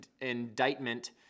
indictment